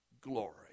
glory